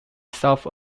south